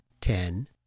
ten